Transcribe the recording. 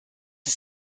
ist